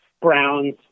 Browns